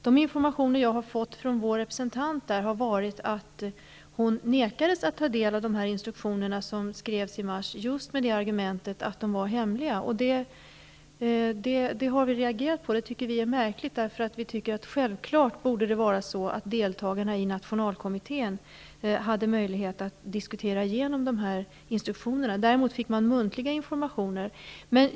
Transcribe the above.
Den information som jag har fått från vår representant är att hon nekades att ta del av de instruktioner som skrevs i mars, just med det argumentet att de var hemliga. Vi reagerade mot det, då vi tyckte att det var märkligt. Det borde självklart vara så att deltagarna i nationalkommittén hade möjlighet att diskutera igenom instruktionerna. Däremot fick man muntlig information.